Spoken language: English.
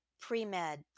pre-med